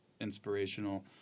inspirational